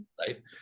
right